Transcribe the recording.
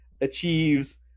achieves